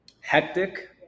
Hectic